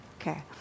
Okay